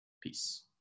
Peace